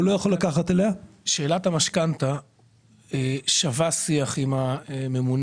והוא לא יכול לקחת עליה --- שאלת המשכנתא שווה שיח עם הממונה,